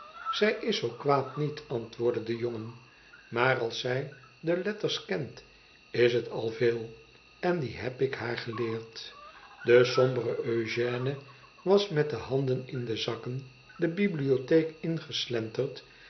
zij is zoo kwaad niet antwoordde de jongen maar als zij de letters kent is het al veel en die heb ik haar geleerd de sombere eugène was met de handen in de zakken de bibliotheek ingeslenterd